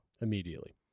Immediately